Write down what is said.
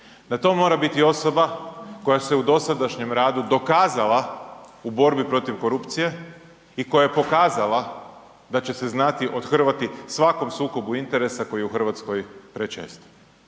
Da to mora biti osoba koja se u dosadašnjem radu dokazala u borbi protiv korupcije i koja je pokazala da će se znati othrvati svakom sukobu interesa koji je u Hrvatskoj prečest.